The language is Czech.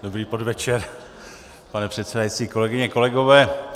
Dobrý podvečer, pane předsedající, kolegyně, kolegové.